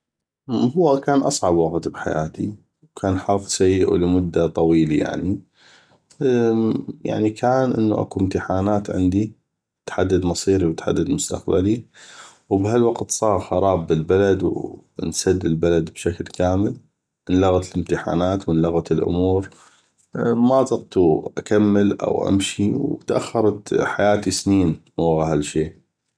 هو كان اصعب وقت بحياتي وكان حظ سيء ولمده طويلي يعني يعني كان اكو امتخانات عندي تحدد مصيري وتحدد مستقبلي وبهالوقت صاغ خراب بالبلد وانسد البلد بشكل كامل انلغت الامتحانات وانلغت الامور ما طقتو اكمل أو امشي وتاخرت حياتي سنين بسبب هالامر هذا